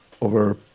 over